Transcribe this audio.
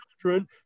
children